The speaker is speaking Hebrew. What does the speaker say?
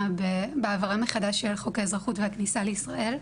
בהעברה מחדש של חוק האזרחות והכניסה לישראל,